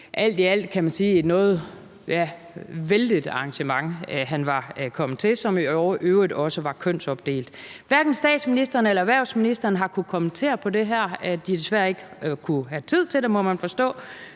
han var kommet til, som i øvrigt også var kønsopdelt. Hverken statsministeren eller erhvervsministeren har kunnet kommentere på det her. De har desværre ikke haft tid til det, må man forstå.